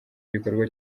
gikorwa